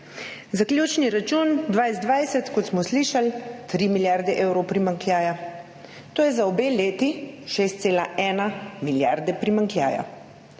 Zaključni račun 2020, kot smo slišali, 3 milijarde evrov primanjkljaja. To je za obe leti 6,1 milijarde primanjkljaja.